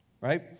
Right